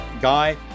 Guy